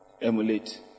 emulate